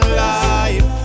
life